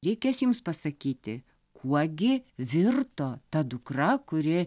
reikės jums pasakyti kuo gi virto ta dukra kuri